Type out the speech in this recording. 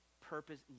purpose